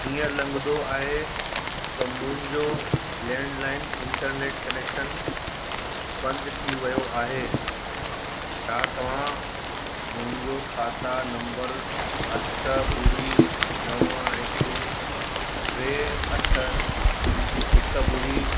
हीअंर लॻंदो आहे त मुंहिंजो लैंडलाइन इंटरनेट कनेक्शन बंदि थी वियो आहे छा तव्हां मुंहिंजो खाता नम्बर अठ ॿुड़ी नव हिकु टे अठ हिकु ॿुड़ी